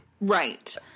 Right